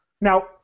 Now